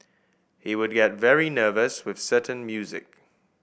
he would get very nervous with certain music